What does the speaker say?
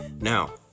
now